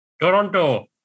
Toronto